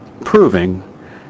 proving